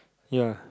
ya